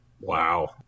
Wow